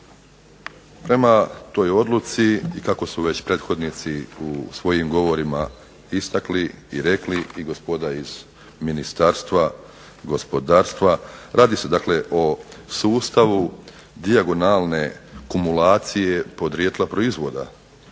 prema toj odluci i kako su već prethodnici u svojim govorima istakli i rekli i gospoda iz Ministarstva gospodarstva, radi se dakle o sustavu dijagonalne kumulacije podrijetla proizvoda.